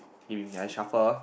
giving me I shuffle